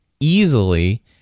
easily